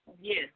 Yes